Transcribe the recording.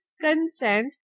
consent